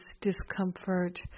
discomfort